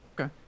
Okay